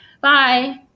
Bye